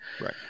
Right